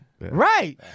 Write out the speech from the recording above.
Right